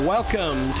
Welcome